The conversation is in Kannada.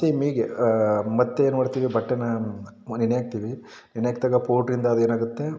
ಸೇಮ್ ಹೀಗೆ ಮತ್ತು ಏನು ಮಾಡ್ತೀವಿ ಬಟ್ಟೆನ ನೆನೆ ಹಾಕ್ತೀವಿ ನೆನೆ ಹಾಕಿದಾಗ ಪೌಡ್ರಿಂದ ಅದು ಏನಾಗುತ್ತೆ